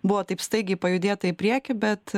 buvo taip staigiai pajudėta į priekį bet